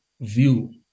view